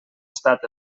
estat